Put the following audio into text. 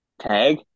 tag